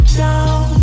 down